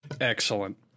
Excellent